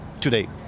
today